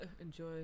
Enjoy